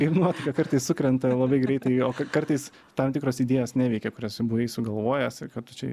ir nuotaika kartais sukrenta labai greitai jo kartais tam tikros idėjos neveikia kurias jau buvai sugalvojęs ką tu čia